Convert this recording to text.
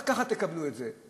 ואחר כך תקבלו את זה.